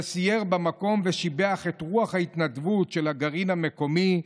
שסייר במקום ושיבח את רוח ההתנדבות של הגרעין המקומי,